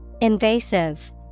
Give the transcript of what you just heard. Invasive